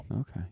Okay